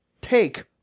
take